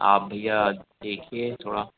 आप भैया देखिए थोड़ा